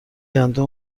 گندم